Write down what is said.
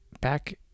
back